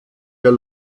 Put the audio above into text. der